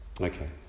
Okay